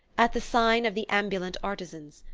at the sign of the ambulant artisans,